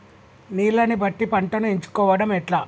నీళ్లని బట్టి పంటను ఎంచుకోవడం ఎట్లా?